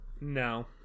No